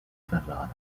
ferrara